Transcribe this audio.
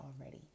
already